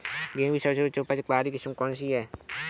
गेहूँ की सबसे उच्च उपज बाली किस्म कौनसी है?